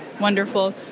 Wonderful